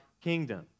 kingdom